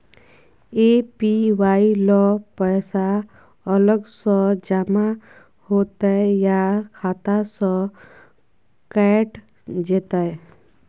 APY ल पैसा अलग स जमा होतै या खाता स कैट जेतै?